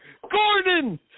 Gordon